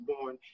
born